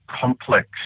complex